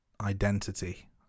identity